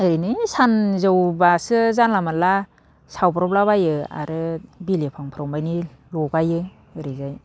ओरैनो सानजौब्लासो जानला मोनला सावब्रबला बायो आरो बिलिफांफ्राव मानि लगायो ओरैजाय